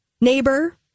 neighbor